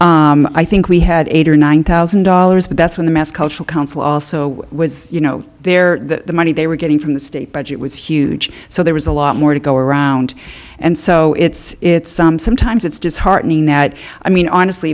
me i think we had eight or nine thousand dollars but that's when the mass cultural council also was you know there the money they were getting from the state budget was huge so there was a lot more to go around and so it's it's some sometimes it's disheartening that i mean honestly